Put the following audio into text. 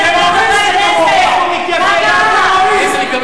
מה קרה?